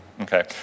Okay